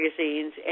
magazines